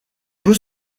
peut